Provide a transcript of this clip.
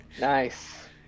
Nice